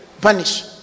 Punish